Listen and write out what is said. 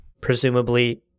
Presumably